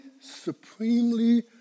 supremely